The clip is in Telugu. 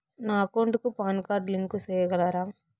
నా అకౌంట్ కు పాన్ కార్డు లింకు సేయగలరా?